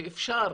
שאפשר